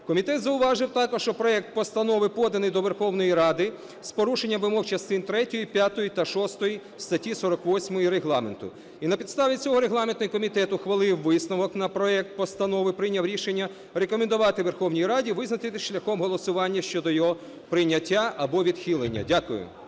Комітет зауважив також, що проект постанови поданий до Верховної Ради з порушенням вимог частин третьої, п'ятої та шостої статті 48 Регламенту. І на підставі цього регламентний комітет ухвалив висновок на проект постанови, прийняв рішення: рекомендувати Верховній Раді визначитись шляхом голосування щодо його прийняття або відхилення. Дякую.